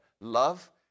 love